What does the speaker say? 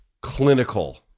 clinical